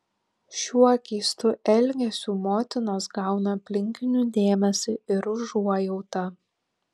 šiuo keistu elgesiu motinos gauna aplinkinių dėmesį ir užuojautą